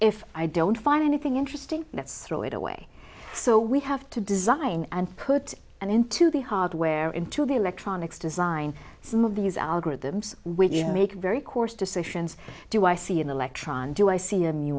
if i don't find anything interesting let's throw it away so we have to design and put an end to the hardware into the electronics design some of these algorithms which make very coarse decisions do i see an electron do i see a new